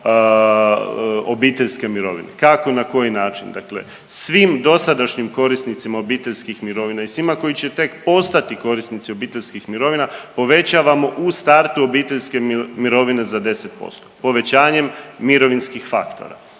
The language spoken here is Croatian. obiteljske mirovine, kako i na koji način? Dakle svim dosadašnjim korisnicima obiteljskih mirovina i svima koji će tek postati korisnici obiteljskih mirovina povećavamo u startu obiteljske mirovine za 10% povećanjem mirovinskih faktora,